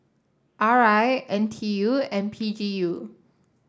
R I N T U and P G U